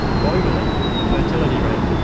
globally, the fertility rate,